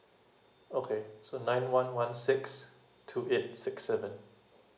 okay so nine one one six two eight six seven